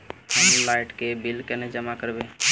हम लाइट के बिल केना जमा करबे?